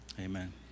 amen